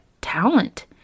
talent